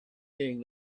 being